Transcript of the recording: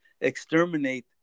exterminate